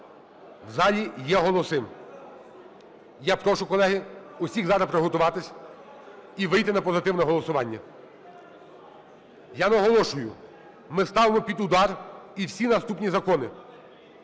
в залі є голоси. Я прошу, колеги, усіх зараз приготуватися і вийти на позитивне голосування. Я наголошую, ми ставимо під удар і всі наступні закони.